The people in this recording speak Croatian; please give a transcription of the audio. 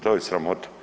To je sramota.